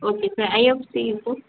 okay sir IFC இப்போது